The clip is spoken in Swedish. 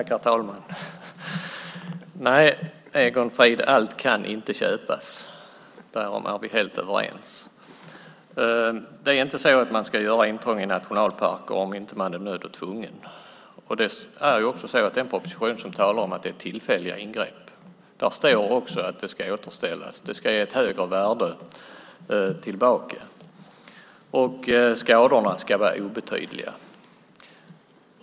Herr talman! Nej, Egon Frid, allt kan inte köpas. Därom är vi helt överens. Man ska inte göra intrång i nationalparker om man inte är nödd och tvungen. I propositionen talas det om att det är tillfälliga ingrepp, och där står också att det ska återställas. Det ska ge ett högre värde tillbaka. Skadorna ska vara obetydliga.